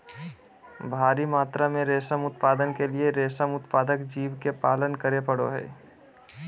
भारी मात्रा में रेशम उत्पादन के लिए रेशम उत्पादक जीव के पालन करे पड़ो हइ